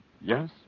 Yes